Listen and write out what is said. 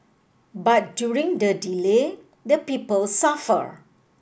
but during the delay the people suffer